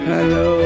Hello